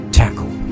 tackle